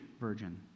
virgin